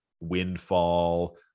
Windfall